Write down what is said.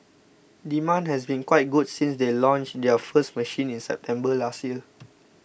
demand has been quite good since they launched their first machine in September last year